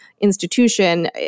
institution –